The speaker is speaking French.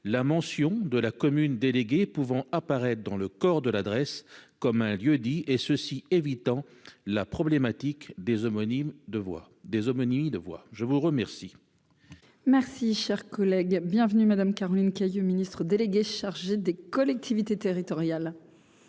la mention de la commune, déléguée pouvant apparaître dans le corps de l'adresse comme un lieu-dit et ceci évitant la problématique des homonymes de voix des homonymie de voix, je vous remercie. Merci, cher collègue a bienvenue Madame Caroline Cayeux, ministre délégué chargé des collectivités territoriales.